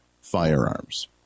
firearms